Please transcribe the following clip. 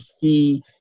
see